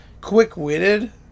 quick-witted